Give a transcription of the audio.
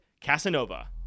Casanova